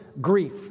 grief